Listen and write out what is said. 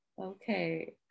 Okay